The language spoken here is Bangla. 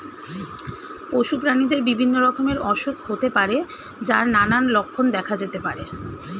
পশু প্রাণীদের বিভিন্ন রকমের অসুখ হতে পারে যার নানান লক্ষণ দেখা যেতে পারে